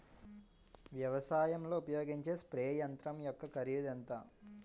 వ్యవసాయం లో ఉపయోగించే స్ప్రే యంత్రం యెక్క కరిదు ఎంత?